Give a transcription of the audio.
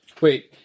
Wait